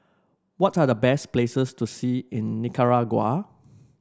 what are the best places to see in Nicaragua